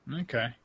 Okay